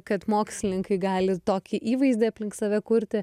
kad mokslininkai gali tokį įvaizdį aplink save kurti